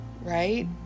right